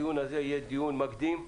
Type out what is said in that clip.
הדיון הזה יהיה דיון מקדים,